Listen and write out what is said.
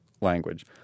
language